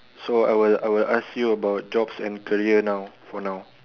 so I will I will ask you about jobs and career now for now